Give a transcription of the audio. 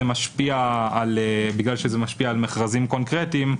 זה משפיע על בגלל שזה משפיע על מכרזים קונקרטיים,